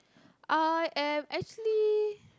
I am actually